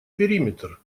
периметр